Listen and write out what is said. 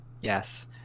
Yes